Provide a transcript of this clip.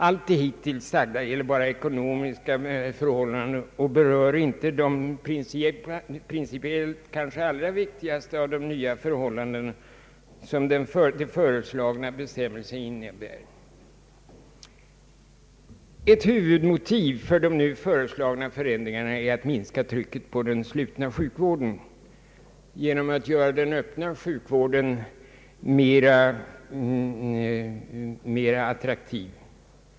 Allt det hittills sagda gäller bara ekonomiska förhållanden och berör inte de principiellt kanske allra viktigaste av de nya förhållanden som den föreslagna bestämmelsen innebär. Ett huvudmotiv för de nu föreslagna förändringarna är att minska trycket på den slutna sjukvården genom att göra den öppna sjukvården mera attraktiv.